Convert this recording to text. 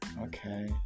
Okay